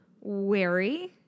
wary